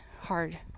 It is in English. hard